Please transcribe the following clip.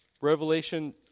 revelation